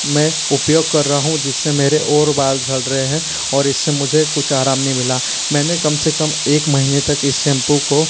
मैं उपयोग कर रहा हूँ जिससे मेरे और बाल झड़ रहे हैं और इससे मुझे कुछ आराम नहीं मिला मैंने कम से कम एक महीने तक इस सेम्पू को